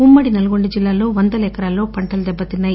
ఉమ్మడి నల్గొండ జిల్లాల్లోవందల ఎకరాల్లో పంటలు దెబ్బతిన్నాయి